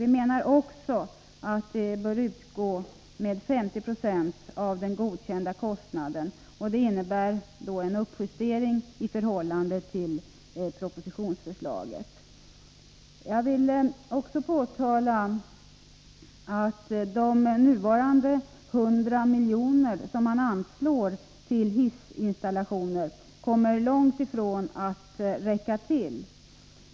Vi menar också att det bör utgå med 50 96 av den godkända kostnaden, och det innebär en uppjustering i förhållande till propositionsförslaget. Jag vill också påtala att de 100 milj.kr. som nu anslås till hissinstallationer långt ifrån kommer att räcka.